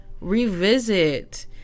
revisit